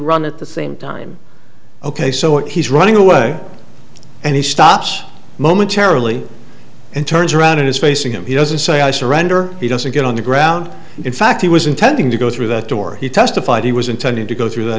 run at the same time ok so if he's running away and he stops momentarily and turns around and is facing him he doesn't say i surrender he doesn't get on the ground in fact he was intending to go through that door he testified he was intending to go through th